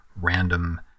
random